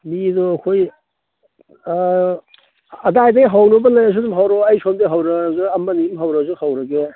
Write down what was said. ꯃꯤꯗꯣ ꯑꯩꯈꯣꯏ ꯑꯗꯥꯏꯗꯩ ꯍꯧꯅꯕ ꯂꯩꯔꯁꯨ ꯑꯗꯨꯝ ꯍꯧꯔꯛꯑꯣ ꯑꯩ ꯁꯣꯝꯗꯩ ꯍꯧꯔꯛꯑꯒ ꯑꯃꯅꯤ ꯍꯧꯔꯁꯨ ꯍꯧꯔꯒꯦ